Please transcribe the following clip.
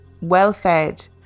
well-fed